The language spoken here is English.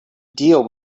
deal